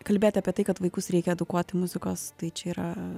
kalbėti apie tai kad vaikus reikia edukuoti muzikos tai čia yra